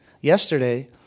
Yesterday